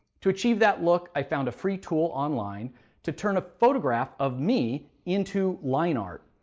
to achieve that look, i found a free tool online to turn a photograph of me into line art.